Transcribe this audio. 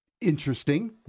Interesting